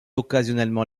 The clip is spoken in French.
occasionnellement